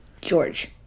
George